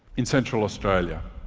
in central australia.